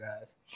guys